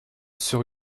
sur